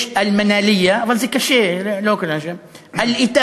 יש אל-מנאליה, אבל זה קשה, אל-עטאאה,